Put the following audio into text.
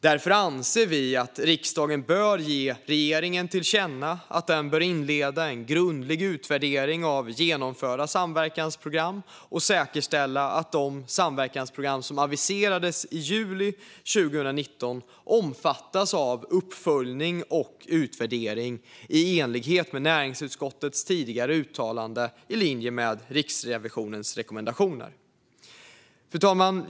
Därför anser vi att riksdagen bör ge regeringen till känna att den bör inleda en grundlig utvärdering av genomförda samverkansprogram och säkerställa att de samverkansprogram som aviserades i juli 2019 omfattas av uppföljning och utvärdering i enlighet med näringsutskottets tidigare uttalande, i linje med Riksrevisionens rekommendationer. Fru talman!